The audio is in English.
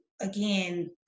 again